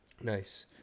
Nice